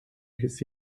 his